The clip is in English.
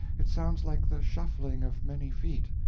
it sounds like the shuffling of many feet.